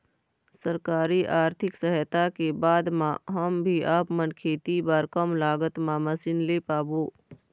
सरकारी आरथिक सहायता के बाद मा हम भी आपमन खेती बार कम लागत मा मशीन ले पाबो?